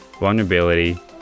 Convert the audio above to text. vulnerability